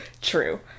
true